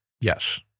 Yes